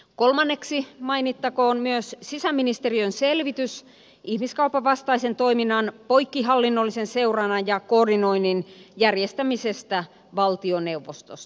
kolmanneksi mainittakoon myös sisäministeriön selvitys ihmiskaupan vastaisen toiminnan poikkihallinnollisen seurannan ja koordinoinnin järjestämisestä valtioneuvostossa